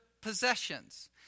possessions